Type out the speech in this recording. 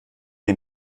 ihn